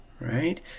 right